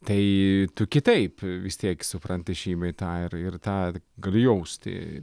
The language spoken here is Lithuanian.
tai tu kitaip vis tiek supranti šį bei tą ir ir tą gali jausti